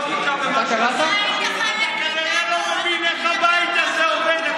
אתה כנראה לא מבין איך הבית הזה עובד.